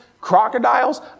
crocodiles